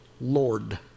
Lord